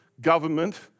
government